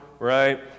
Right